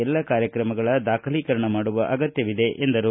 ಎಲ್ಲ ಕಾರ್ಯಕ್ರಮಗಳ ದಾಖಲೀಕರಣ ಮಾಡುವ ಆಗತ್ಕವಿದೆ ಎಂದರು